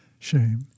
shame